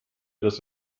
das